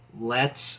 lets